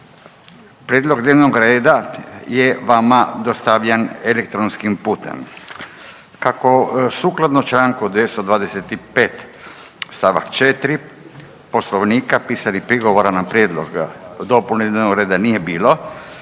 Prijedlog dnevnog reda je vama dostavljen elektronskim putem. Kako sukladno čl. 225 st. 4 Poslovnika pisanih prigovora na prijedlog dopune dnevnog reda nije bilo,